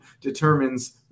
determines